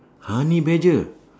honey badger